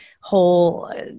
whole